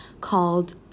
called